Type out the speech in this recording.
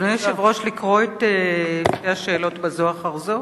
אדוני היושב-ראש, לקרוא את שתי השאלות בזו אחר זו?